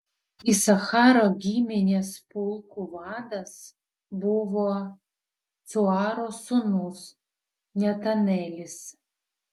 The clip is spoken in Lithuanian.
isacharo giminės pulkų vadas buvo cuaro sūnus netanelis